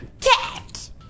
Cat